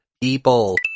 people